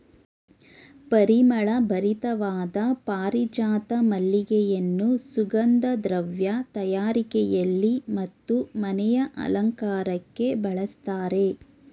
ಪರಿಮಳ ಭರಿತವಾದ ಪಾರಿಜಾತ ಮಲ್ಲಿಗೆಯನ್ನು ಸುಗಂಧ ದ್ರವ್ಯ ತಯಾರಿಕೆಯಲ್ಲಿ ಮತ್ತು ಮನೆಯ ಅಲಂಕಾರಕ್ಕೆ ಬಳಸ್ತರೆ